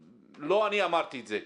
לא אני אמרתי את זה.